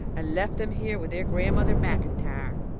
and left them here with their grandmother maclntyre.